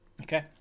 okay